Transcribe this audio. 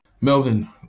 Melvin